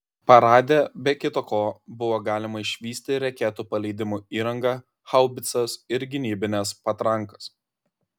parade be kita ko buvo galima išvysti raketų paleidimo įrangą haubicas ir gynybines patrankas